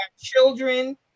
children